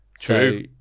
True